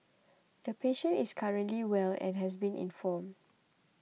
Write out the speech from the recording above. the patient is currently well and has been informed